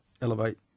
elevate